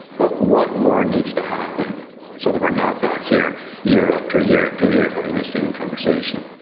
but what more needs to happen so that we are not back here year after year after year having the same conversation?